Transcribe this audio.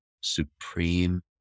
supreme